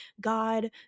God